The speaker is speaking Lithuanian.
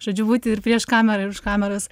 žodžiu būti ir prieš kamerą ir už kameros